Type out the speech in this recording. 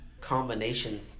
combination